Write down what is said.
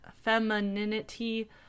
femininity